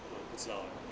我也不知道 eh